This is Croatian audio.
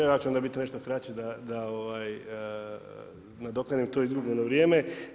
Ja ću onda biti nešto kraći da nadoknadim to izgubljeno vrijeme.